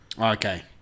Okay